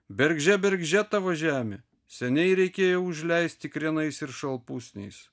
bergždžia bergždžia tavo žemė seniai reikėjo užleisti krienais ir šalpusniais